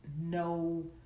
no